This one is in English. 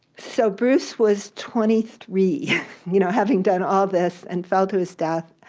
so bruce was twenty three you know having done all this, and fell to his death.